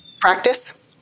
practice